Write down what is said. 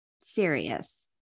serious